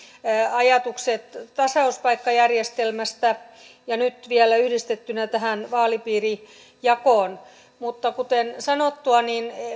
ajatukset tasauspaikkajärjestelmästä ja nyt vielä yhdistettynä tähän vaalipiirijakoon mutta kuten sanottua